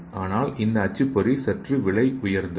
ஆனால் இந்த அச்சுப்பொறிகள் சற்று விலை உயர்ந்தவை